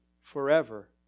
forever